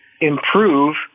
improve